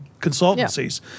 consultancies